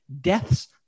deaths